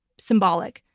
symbolic.